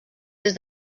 des